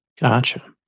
Gotcha